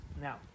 Now